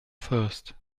thirst